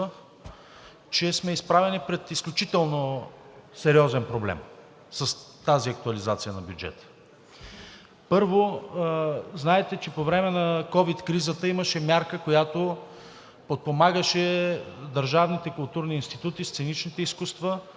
че сме изправени пред изключително сериозен проблем с тази актуализация на бюджета. Първо знаете, че по време на ковид кризата имаше мярка, която подпомагаше държавните културни